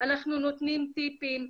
אנחנו נותנים טיפים,